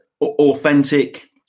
authentic